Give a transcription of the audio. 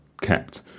kept